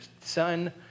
son